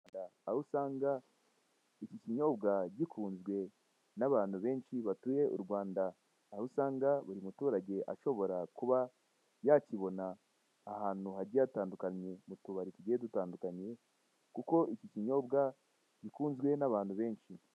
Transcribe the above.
Aho usanga ikinyobwa gikuzwe nabantu benshi batuye urwanda aho usanga umuturage ashobora kuba yakibona ahantu hagiye hatandukanye mutubari bigiye butandukanye kuko iki kinyobwa gikuzwe n'abantu benshi.